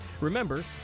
Remember